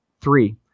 three